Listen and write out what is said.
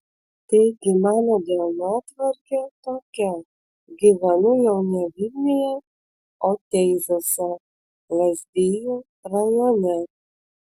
taigi mano dienotvarkė tokia gyvenu jau ne vilniuje o teizuose lazdijų rajone